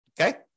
okay